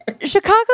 Chicago